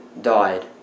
died